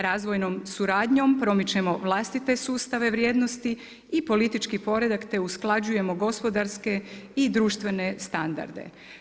Razvojnom suradnjom promičemo vlastite sustave vrijednosti i politički poredak te usklađujemo gospodarske i društvene standarde.